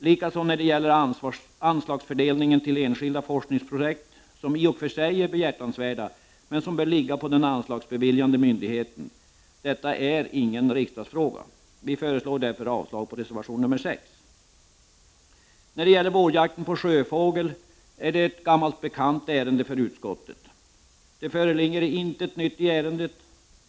Detsamma gäller i fråga om anslagsfördelningen till enskilda forskningsprojekt, som i och för sig är behjärtansvärda men där det bör ankomma på den anslagsbeviljande myndigheten att besluta om fördelningen. Detta är ingen riksdagsfråga, och vi föreslår därför avslag på reservation nr 6. Vårjakten på sjöfågel är ett gammalt bekant ärende för utskottet. Ingenting nytt har framkommit i ärendet.